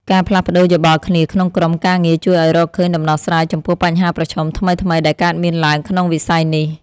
ការផ្លាស់ប្តូរយោបល់គ្នាក្នុងក្រុមការងារជួយឱ្យរកឃើញដំណោះស្រាយចំពោះបញ្ហាប្រឈមថ្មីៗដែលកើតមានឡើងក្នុងវិស័យនេះ។